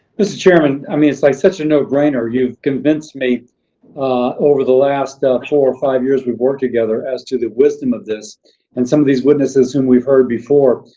mr. chairman. i mean, it's like such a no brainer. you've convinced me over the last ah four or five years we've worked together as to the wisdom of this and some of these witnesses whom we've heard before.